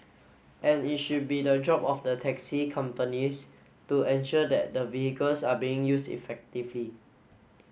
and it should be the job of the taxi companies to ensure that the vehicles are being used effectively